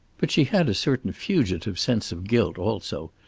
but she had a certain fugitive sense of guilt, also.